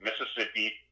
Mississippi